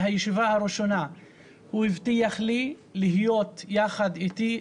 מהישיבה הראשונה הוא הבטיח לי להיות יחד אתי,